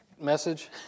message